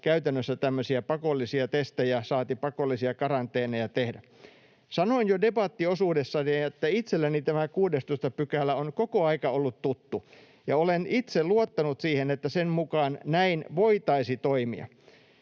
käytännössä tämmöisiä pakollisia testejä saati pakollisia karanteeneja tehdä. Sanoin jo debattiosuudessani, että itselleni tämä 16 § on koko ajan ollut tuttu, ja olen itse luottanut siihen, että sen mukaan näin voitaisiin toimia.